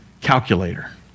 calculator